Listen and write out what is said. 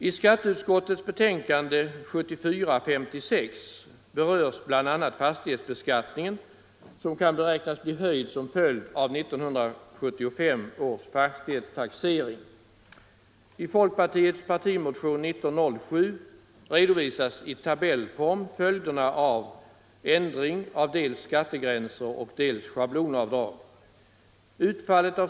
I skatteutskottets betänkande 1974:56 berörs bl.a. fastighetsbeskattningen, som kan beräknas bli höjd till följd av 1975 års fastighetstaxering. I folkpartiets partimotion nr 1907 redovisas i tabellform följderna av ändring av dels skattegränser, dels schablonavdrag.